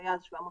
שהיה אז 750,